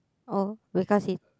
oh because he